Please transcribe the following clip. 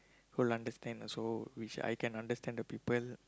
who understand also which I can understand the people